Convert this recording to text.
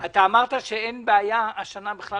אמרת שהשנה אין בכלל בעיה בכיתות.